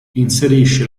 inserisce